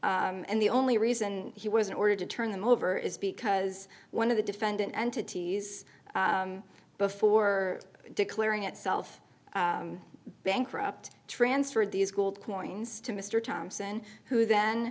and the only reason he was ordered to turn them over is because one of the defendant entities before declaring itself bankrupt transferred these gold coins to mr thompson who then